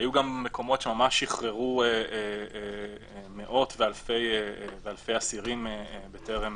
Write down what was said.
היו גם מקומות שממש שחררו מאות ואלפי אסירים בטרם